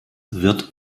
wird